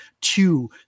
two